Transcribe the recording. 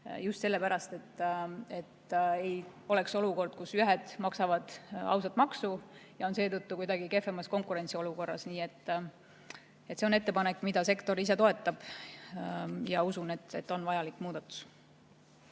just sellepärast, et ei oleks olukorda, kus ühed maksavad ausalt maksu ja on seetõttu kuidagi kehvemas konkurentsiolukorras. See on ettepanek, mida sektor ise toetab. Ma usun, et see on vajalik muudatus.